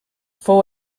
fou